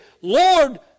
Lord